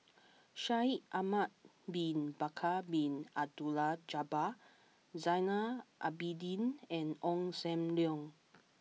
Shaikh Ahmad Bin Bakar Bin Abdullah Jabbar Zainal Abidin and Ong Sam Leong